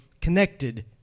connected